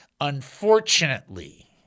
unfortunately